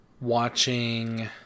watching